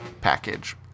package